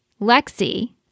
Lexi